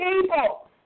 people